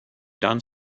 done